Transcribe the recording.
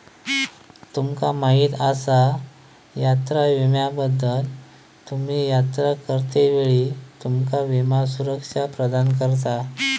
तुमका माहीत आसा यात्रा विम्याबद्दल?, तुम्ही यात्रा करतेवेळी तुमका विमा सुरक्षा प्रदान करता